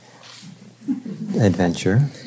adventure